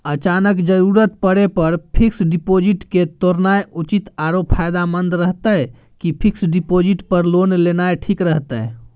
अचानक जरूरत परै पर फीक्स डिपॉजिट के तोरनाय उचित आरो फायदामंद रहतै कि फिक्स डिपॉजिट पर लोन लेनाय ठीक रहतै?